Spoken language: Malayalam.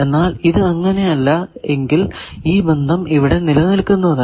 എന്നാൽ ഇത് അങ്ങനെ അല്ല എങ്കിൽ ഈ ബന്ധം ഇവിടെ നിലനിൽക്കുന്നതല്ല